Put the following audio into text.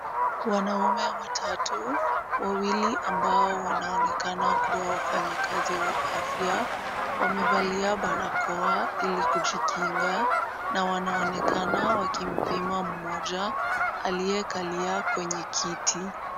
Wanaume watatu, wawili ambao wanaonekana kuwa wafanyikazi wa afya, wamevalia barakoa ili kujikinga na wanaonekana wakimpima mmoja aliyekalia kwenye kiti.